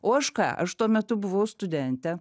o aš ką aš tuo metu buvau studentė